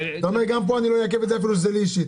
אתה אומר גם פה אני לא אעכב את זה אפילו שזה לי אישית.